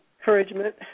encouragement